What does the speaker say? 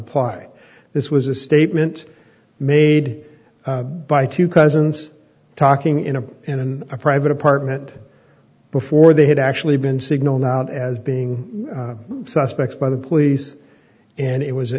apply this was a statement made by two cousins talking in a in a private apartment before they had actually been signal not as being suspects by the police and it was